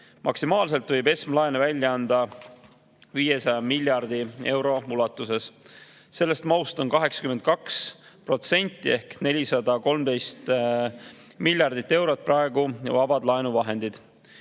Maksimaalselt võib ESM laene välja anda 500 miljardi euro ulatuses. Sellest mahust on 82% ehk 413 miljardit eurot praegu vabad laenuvahendid,